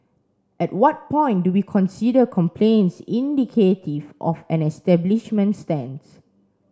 at what point do we consider complaints indicative of an establishment's stance